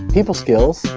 people skills,